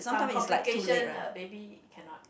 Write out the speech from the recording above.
some complication uh baby cannot